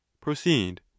proceed